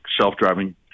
self-driving